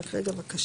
רק רגע בבקשה,